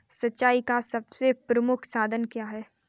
सिंचाई का सबसे प्रमुख साधन क्या है?